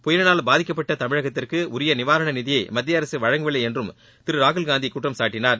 புயலினால் பாதிக்கப்பட்ட தமிழகத்திற்கு உரிய நிவாரண நிதியை மத்திய அரசு வழங்கவில்லை என்றும் திரு ராகுல் காந்தி குற்றம்சாட்டினார்